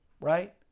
right